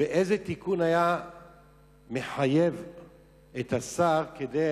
ואיזה תיקון התחייב על-ידי השר כדי